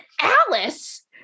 Alice